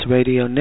Radio